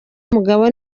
umugabo